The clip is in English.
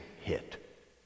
hit